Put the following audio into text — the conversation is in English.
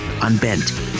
unbent